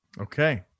Okay